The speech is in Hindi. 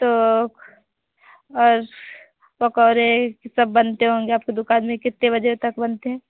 तो और पकौड़े सब बनते होंगे आपकी दुकान में कितने बजे तक बनते हैं